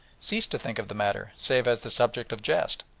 ceased to think of the matter save as the subject of jest,